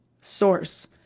source